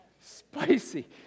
spicy